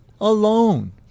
alone